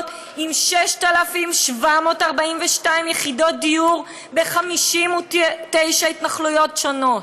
עם 6,742 יחידות דיור ב-59 התנחלויות שונות.